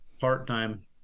part-time